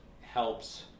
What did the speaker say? helps